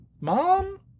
Mom